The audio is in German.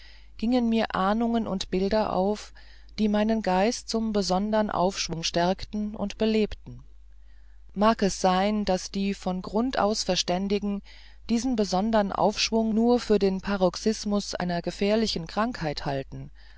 gingen mir ahnungen und bilder auf die meinen geist zum besonderen aufschwung stärkten und belebten mag es sein daß die von grund aus verständigen diesen besondern aufschwung nur für den paroxismus einer gefährlichen krankheit halten